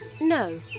No